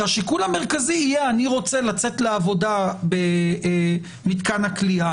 שהשיקול המרכזי יהיה אני רוצה לצאת לעבודה במתקן הכליאה,